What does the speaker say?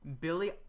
Billy